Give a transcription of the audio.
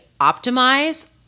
optimize